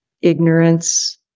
ignorance